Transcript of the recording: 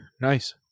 Nice